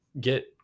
get